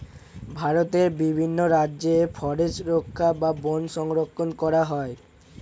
ভারতের বিভিন্ন রাজ্যে ফরেস্ট রক্ষা বা বন সংরক্ষণ করা হয়